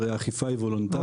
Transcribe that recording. הרי האכיפה היא וולונטרית.